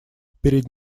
перед